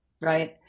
right